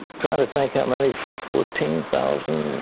trying to think how many fourteen thousand?